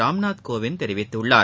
நாம்நாத் கோவிந்த் தெரிவித்துள்ளார்